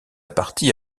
partie